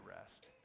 rest